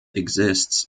exists